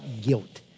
guilt